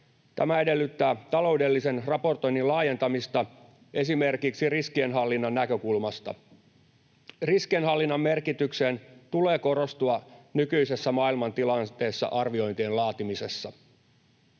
Tämä edellyttää taloudellisen raportoinnin laajentamista esimerkiksi riskienhallinnan näkökulmasta. Riskienhallinnan merkityksen tulee korostua nykyisessä maailmantilanteessa arviointien laatimisessa.